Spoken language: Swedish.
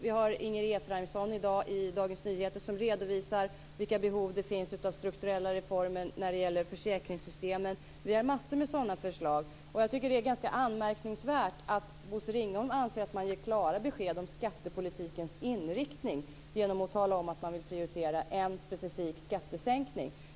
I Dagens Nyheter i dag redovisar Inger Efraimsson vilka behov som finns av strukturella reformer när det gäller försäkringssystemen. Det finns massor av sådana förslag. Det är ganska anmärkningsvärt att Bosse Ringholm anser att man ger klara besked om skattepolitikens inriktning genom att tala om att man vill prioritera en specifik skattesänkning.